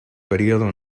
período